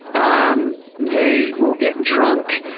um they will get drunk.